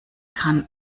kann